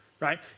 right